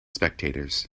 spectators